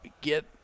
get –